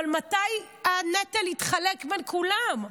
אבל מתי הנטל יתחלק בין כולם?